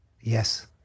Yes